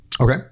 Okay